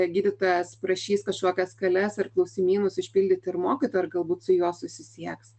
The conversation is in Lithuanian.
gydytojas prašys kažkokias skales ir klausimynus užpildyti ir mokytojo ir galbūt su juo susisieks